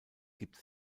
gibt